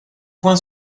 point